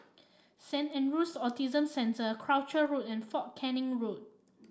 Saint Andrew's Autism Centre Croucher Road and Fort Canning Road